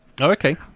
okay